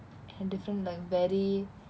and different like very